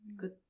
good